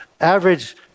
average